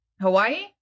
Hawaii